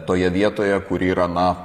toje vietoje kur yra na